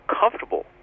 comfortable